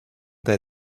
they